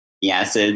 yes